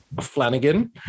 Flanagan